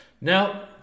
Now